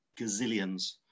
gazillions